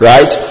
Right